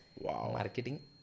marketing